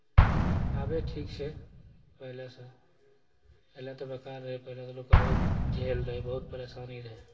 आबे ठीक छै पहिलेसँ पहिले तऽ बेकार रहै पहिले तऽ लोककेँ बहुत झेल रहै बहुत परेशानी रहै